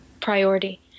priority